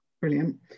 Brilliant